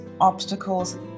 obstacles